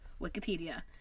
wikipedia